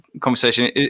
conversation